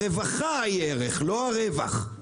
הרווחה היא ערך, לא הרווח.